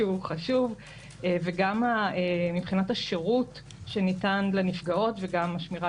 שהוא חשוב וגם מבחינת השירות שניתן לנפגעות וגם השמירה